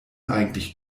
eigentlich